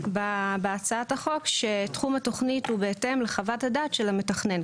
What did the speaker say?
בהצעת החוק שתחום התוכנית הוא בהתאם לחוות הדעת של המתכנן,